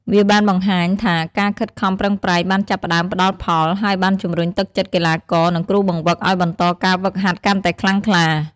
វាបានបង្ហាញថាការខិតខំប្រឹងប្រែងបានចាប់ផ្ដើមផ្ដល់ផល ហើយបានជំរុញទឹកចិត្តកីឡាករ និងគ្រូបង្វឹកឲ្យបន្តការហ្វឹកហាត់កាន់តែខ្លាំងក្លា។